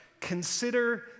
Consider